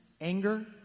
anger